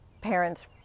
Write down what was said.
parents